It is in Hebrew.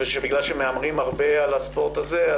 ובגלל שמהמרים הרבה על הספורט הזה,